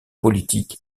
politique